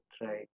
right